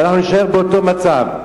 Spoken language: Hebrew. ואנחנו נישאר באותו מצב.